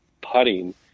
putting